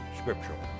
scriptural